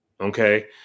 Okay